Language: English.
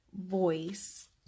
voice